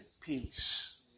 peace